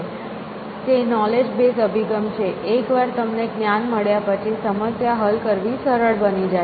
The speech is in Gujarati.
તે નોલેજ બેઝ અભિગમ છે એકવાર તમને જ્ઞાન મળ્યા પછી સમસ્યા હલ કરવી સરળ બની જાય છે